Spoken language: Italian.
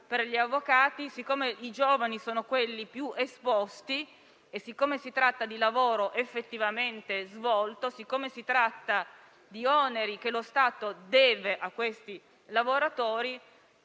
per gli avvocati, siccome i giovani sono i più esposti e siccome si tratta di lavoro effettivamente svolto e di oneri che lo Stato deve a questi lavoratori,